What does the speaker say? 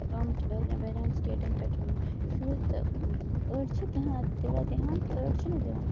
آمٕتۍ چھِ وایاہن سِٹیٹن پٮ۪ٹھ یِم شُرۍ تہٕ أڈۍ چھِ دیان دِوان دِیان تہٕ أڈۍ چھِ نہٕ دِوان